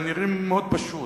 הם נראים מאוד פשוט.